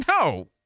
No